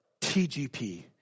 TGP